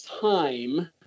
time